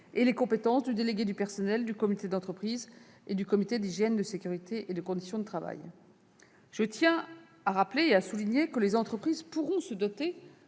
que les compétences du délégué du personnel, du comité d'entreprise et du comité d'hygiène, de sécurité et des conditions de travail. Je tiens à souligner que les entreprises pourront se doter,